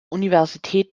universität